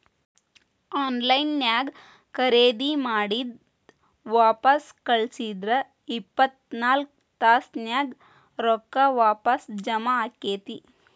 on line ನ್ಯಾಗ್ ಖರೇದಿ ಮಾಡಿದ್ ವಾಪಸ್ ಕಳ್ಸಿದ್ರ ಇಪ್ಪತ್ನಾಕ್ ತಾಸ್ನ್ಯಾಗ್ ರೊಕ್ಕಾ ವಾಪಸ್ ಜಾಮಾ ಆಕ್ಕೇತಿ